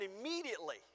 immediately